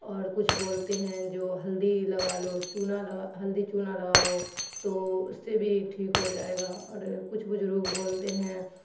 اور کچھ بولتے ہیں جو ہلدی لگا لو چونا لگا ہلدی چونا لگاؤ تو اس سے بھی ٹھیک ہو جائے گا اور کچھ بزرگ بولتے ہیں